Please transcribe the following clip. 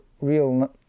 real